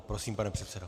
Prosím, pane předsedo.